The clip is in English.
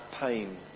pain